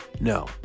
No